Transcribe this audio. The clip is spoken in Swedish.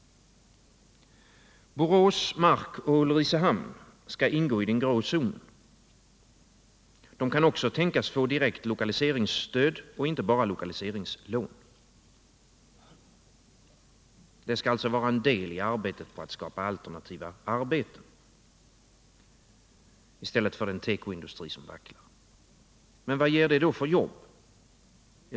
Borås, Mark och Ulricehamn skall ingå i den grå zonen. De kan också tänkas få direkt lokaliseringsstöd, inte bara lokaliseringslån. Det skall alltså vara en del i ansträngningarna att skapa alternativa arbeten i stället för den tekoindustri som vacklar. Men vad ger det för jobb?